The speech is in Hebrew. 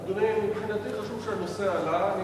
אדוני, מבחינתי חשוב שהנושא עלה.